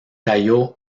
cayó